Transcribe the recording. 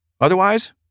Otherwise